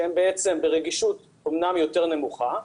שהן ברגישות אומנם יותר נמוכה,